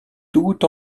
tout